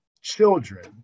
children